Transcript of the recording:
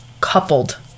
coupled